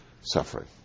suffering